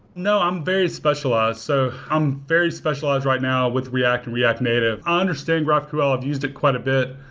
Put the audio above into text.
no, i'm very specialized. so i'm very specialized right now with react and react native. i understand graphql. i've used it quite a bit,